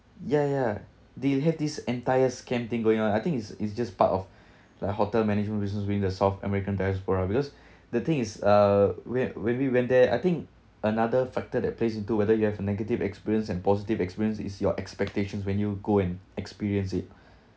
ya ya they have this entire scam thing going on I think it's it's just part of like hotel management business during the south american diaspora because the thing is uh where when we went there I think another factor that plays into whether you have a negative experience and positive experience is your expectations when you go and experience it